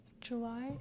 July